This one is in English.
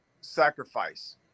sacrifice